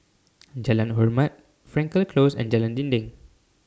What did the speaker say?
Jalan Hormat Frankel Close and Jalan Dinding